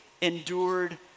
endured